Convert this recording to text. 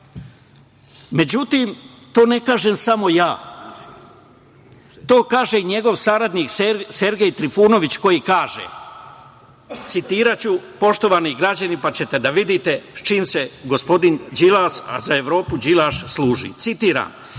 Međutim, to ne kažem samo ja, to kaže i njegov saradnik Sergej Trifunović, koji kaže, citiraću, poštovani građani, pa ćete da vidite sa čim se gospodin Đilas, a za Evropu Đilaš, služi, citiram